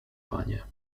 panie